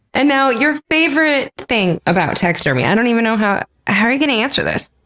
and now, your favorite thing about taxidermy? i don't even know how how you're gonna answer this.